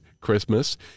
Christmas